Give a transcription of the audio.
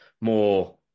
more